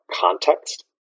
context